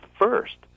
first